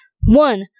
One